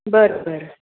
बरं बरं